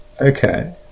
okay